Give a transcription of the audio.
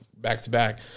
back-to-back